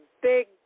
big